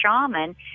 shaman